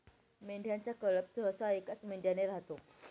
मेंढ्यांचा कळप सहसा एकाच मेंढ्याने राहतो